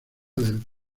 del